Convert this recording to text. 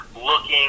looking